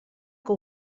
que